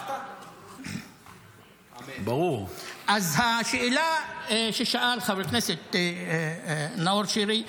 אז השאלה ששאל חבר כנסת נאור שירי,